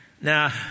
Now